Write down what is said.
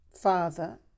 father